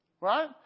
Right